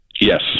Yes